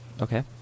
Okay